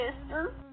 mister